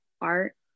art